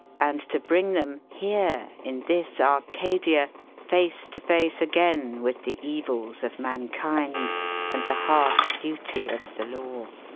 and to bring them here, in this arcadia face to face again with the evils of mankind and the harsh duty of the law.